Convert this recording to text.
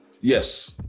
Yes